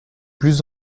plus